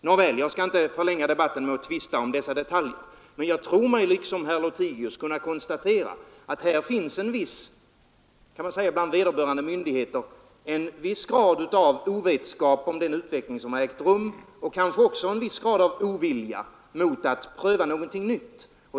Nåväl, jag skall inte förlänga debatten med att tvista om dessa detaljer. Jag tror mig dock, liksom herr Lothigius, kunna konstatera att det bland vederbörande myndigheter finns en viss grad av ovetskap om den utveckling som ägt rum, kanske också en viss grad av ovilja mot att pröva någonting nytt.